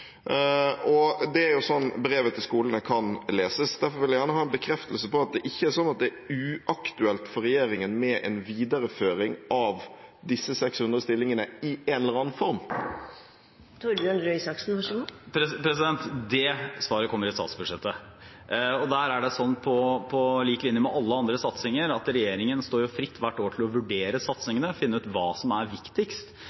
Det er sånn brevet til skolene kan leses. Derfor vil jeg gjerne ha en bekreftelse på at det ikke er sånn at det er uaktuelt for regjeringen med en videreføring av disse 600 stillingene i en eller annen form. Det svaret kommer i statsbudsjettet. Og der er det sånn, som for alle andre satsinger, at regjeringen står fritt hvert år til å vurdere